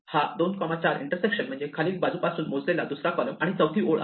हा 2 4 इंटरसेक्शन म्हणजे खालील बाजूपासून मोजलेला दुसरा कॉलम आणि चौथी ओळ आहे